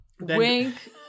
Wink